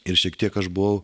ir šiek tiek aš buvau